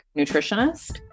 nutritionist